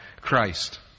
Christ